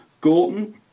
Gorton